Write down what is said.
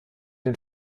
den